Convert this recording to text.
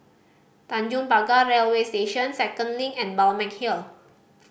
Tanjong Pagar Railway Station Second Link and Balmeg Hill